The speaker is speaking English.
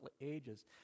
ages